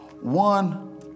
one